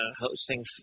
hosting –